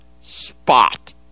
spot